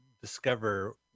discover